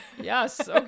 Yes